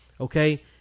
okay